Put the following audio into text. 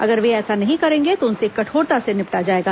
अगर वे ऐसा नहीं करेंगे तो उनसे कठोरता से निपटा जाएगा